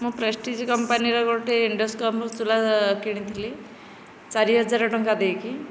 ମୁଁ ପ୍ରେସଟିଜ୍ କମ୍ପାନୀର ଗୋଟିଏ ଇଣ୍ଡକ୍ସନ ଚୁଲା କିଣିଥିଲି ଚାରି ହଜାର ଟଙ୍କା ଦେଇକି